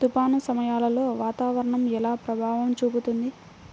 తుఫాను సమయాలలో వాతావరణం ఎలా ప్రభావం చూపుతుంది?